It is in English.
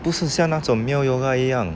不是像那种 male yoga 一样